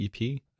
EP